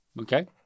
Okay